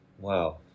Wow